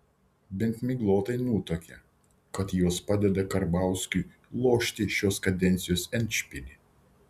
bent miglotai nutuokia kad jos padeda karbauskiui lošti šios kadencijos endšpilį